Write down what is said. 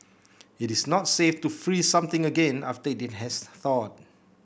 it is not safe to freeze something again after it has thawed